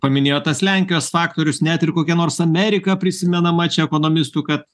paminėjot tas lenkijos faktorius net ir kokia nors amerika prisimena čia ekonomistų kad